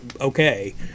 okay